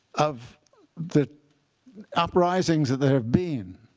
of the uprisings that there have been,